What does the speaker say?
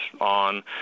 on